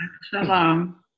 shalom